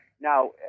now